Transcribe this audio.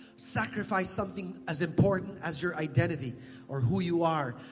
sacrifice something as important as your identity or who you are.